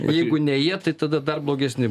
o jeigu ne jie tai tada dar blogesni